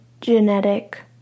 Genetic